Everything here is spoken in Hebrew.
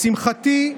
לשמחתי,